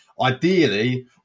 ideally